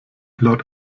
laut